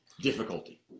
difficulty